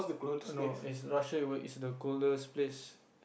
err no is Russia were is the coldest place